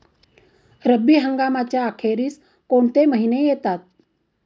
रब्बी हंगामाच्या अखेरीस कोणते महिने येतात?